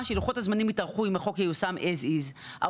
שזה יקרה אם החוק ייושם כמו שהוא,